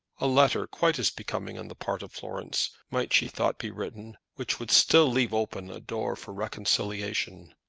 a letter, quite as becoming on the part of florence, might, she thought, be written, which would still leave open a door for reconciliation.